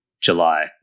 July